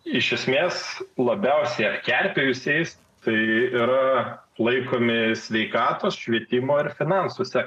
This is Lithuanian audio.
iš esmės labiausiai apkerpėjusiais tai yra laikomi sveikatos švietimo ir finansuose